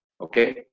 Okay